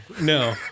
No